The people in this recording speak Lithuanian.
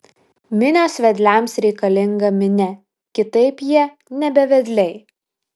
minios vedliams reikalinga minia kitaip jie nebe vedliai